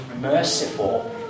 merciful